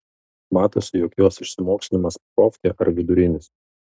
matosi jog jos išsimokslinimas profkė ar vidurinis